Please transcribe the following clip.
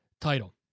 title